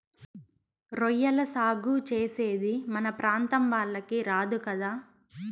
రొయ్యల సాగు చేసేది మన ప్రాంతం వాళ్లకి రాదు కదా